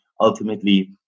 ultimately